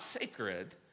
sacred